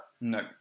No